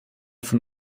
von